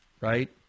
right